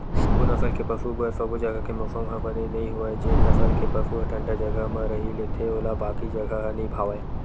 सबो नसल के पसु बर सबो जघा के मउसम ह बने नइ होवय जेन नसल के पसु ह ठंडा जघा म रही लेथे ओला बाकी जघा ह नइ भावय